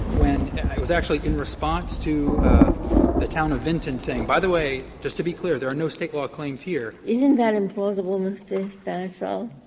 when it was actually in response to the town of vinton saying, by the way, just to be clear, there are no state law claims here. ginsburg isn't that implausible, mr. stancil,